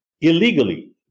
illegally